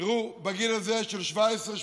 תראו, בגיל הזה של 18-17,